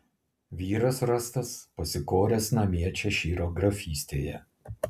vyras rastas pasikoręs namie češyro grafystėje